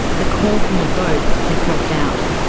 the call from the boat had dropped out.